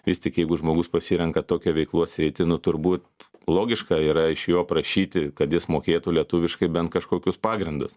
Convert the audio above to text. vis tik jeigu žmogus pasirenka tokią veiklos sritį nu turbūt logiška yra iš jo prašyti kad jis mokėtų lietuviškai bent kažkokius pagrindus